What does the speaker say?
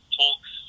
talks